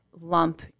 lump